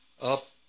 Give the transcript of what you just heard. up